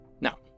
Now